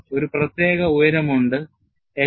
ഒരു പ്രത്യേക ഉയരം ഉണ്ട് h